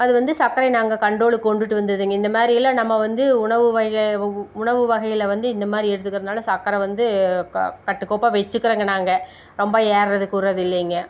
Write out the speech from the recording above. அதுவந்து சக்கரை நாங்கள் கன்ட்ரோலுக்கு கொண்டுகிட்டு வந்ததுங்க இந்தமாதிரியெல்லாம் நம்ம வந்து உணவு வகை உணவு வகைகளை வந்து இந்த மாதிரி எடுத்துக்கிறதனால சக்கரை வந்து கட்டுக்கோப்பாக வச்சுக்கிறோங்க நாங்கள் ரொம்ப ஏறுறது கூடுறது இல்லைங்க